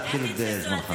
תתחיל, זה זמנך.